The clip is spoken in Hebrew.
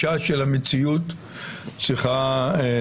צוהריים טובים לכולם,